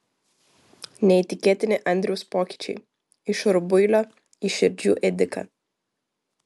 neįtikėtini andriaus pokyčiai iš rubuilio į širdžių ėdiką